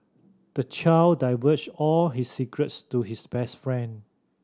the child divulged all his secrets to his best friend